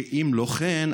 שאם לא כן,